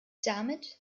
damit